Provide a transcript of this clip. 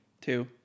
Two